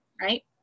right